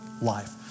life